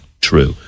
true